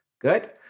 Good